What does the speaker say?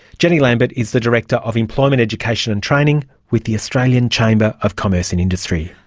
jenny lambert is the director of employment education and training with the australian chamber of commerce and industry.